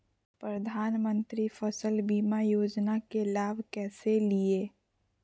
प्रधानमंत्री फसल बीमा योजना के लाभ कैसे लिये?